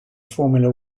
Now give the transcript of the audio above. formula